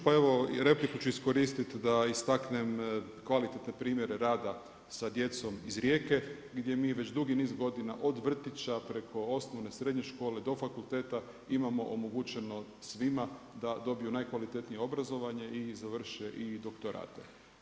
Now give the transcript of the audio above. Pa evo repliku ću iskoristiti da istaknem kvalitetne primjere rada sa djecom iz Rijeke gdje mi već dugi niz godina od vrtića preko osnovne, srednje škole do fakulteta imamo omogućeno svima da dobiju najkvalitetnije obrazovanje i završe i doktorate.